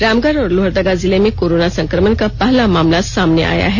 रामगढ़ और लोहरदगा जिले में कोरोना संक्रमण का पहला मामला सामने आया है